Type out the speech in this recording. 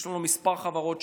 יש לנו כמה חברות,